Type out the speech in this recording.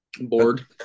Bored